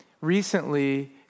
recently